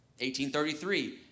1833